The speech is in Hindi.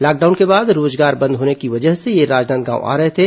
लॉकडाउन के बाद रोजगार बंद होने की वजह से ये राजनांदगांव आ रहे थे